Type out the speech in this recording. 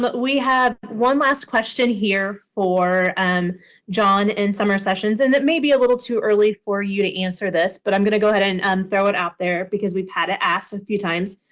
but we have one last question here for and john and summer sessions, and it may be a little too early for you to answer this. but i'm going to go ahead and um throw it out there because we've had it asked a few times.